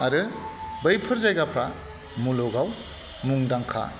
आरो बैफोर जायगाफ्रा मुलुगाव मुंदांखा